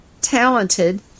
talented